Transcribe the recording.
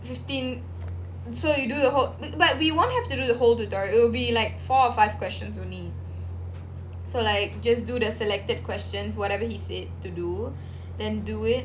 fifteen so you do the whole but we won't have to do the whole tutorial it will be like four or five questions only so like just do the selected questions whatever he said to do then do it